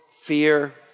fear